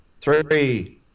Three